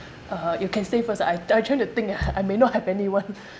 uh you can say first I I trying to think ah I may not have any one